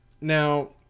Now